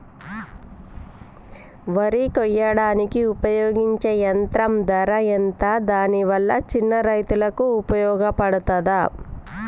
వరి కొయ్యడానికి ఉపయోగించే యంత్రం ధర ఎంత దాని వల్ల చిన్న రైతులకు ఉపయోగపడుతదా?